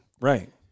Right